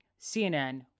CNN